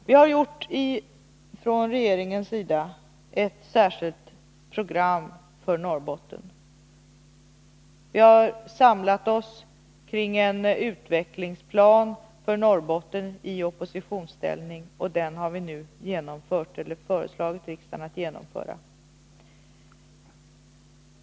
Vi har från regeringens sida gjort ett särskilt program för Norrbotten; vi har samlat oss kring en utvecklingsplan för Norrbotten i oppositionsställning, och den har vi nu föreslagit riksdagen att genomföra.